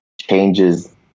changes